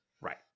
Right